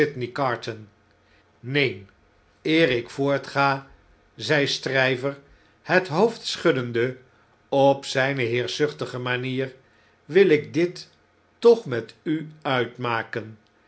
sydney carton neen eer ik voortga zei stryver het hoofd schuddende op zpe heerschzuchtige manier wil ik dit toch met u uitmaken